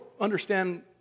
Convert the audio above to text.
understand